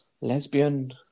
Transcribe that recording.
lesbian